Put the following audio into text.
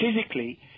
physically